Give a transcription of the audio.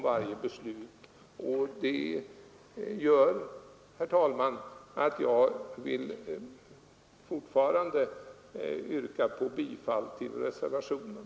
Därför, herr talman, vidhåller jag mitt yrkande om bifall till reservationen.